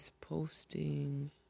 posting